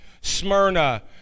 Smyrna